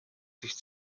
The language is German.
sich